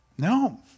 No